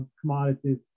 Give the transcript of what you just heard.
commodities